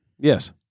Yes